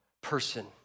person